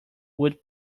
would